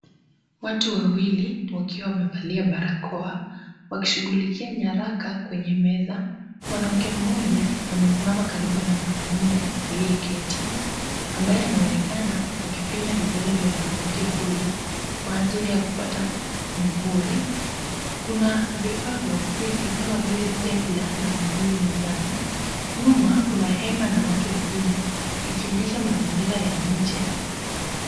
Watu wawili wakiwa wamevalia barakoa wakishughulikia nyaraka kwenye meza. Mwanamke mmoja amesimama karibu na mwanamume aliyeketi ambaye anaonekana akifinya vidole vya mwanamke huyo kwa ajili ya kupata muhuri. Kuna vifaa vya ofisi kama vile stapler na muhuri mezani. Nyuma kuna hema na watu wengine ikionyesha mazingira ya nje.